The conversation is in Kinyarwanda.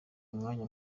umwanya